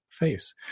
face